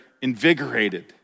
invigorated